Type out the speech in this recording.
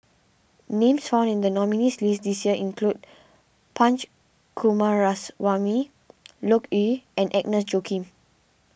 names found in the nominees' list this year include Punch Coomaraswamy Loke Yew and Agnes Joaquim